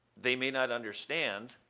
they may not understand,